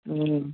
ह्म्म